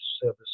service